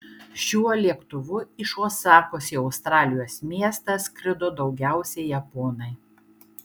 šiuo lėktuvu iš osakos į australijos miestą skrido daugiausiai japonai